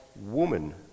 woman